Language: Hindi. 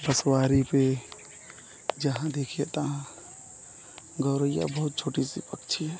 पशुवारी पर जहाँ देखिए तहाँ गौरय्या बहुत छोटी सी पक्षी है